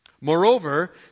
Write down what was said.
Moreover